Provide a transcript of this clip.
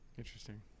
interesting